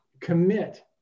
commit